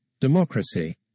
democracy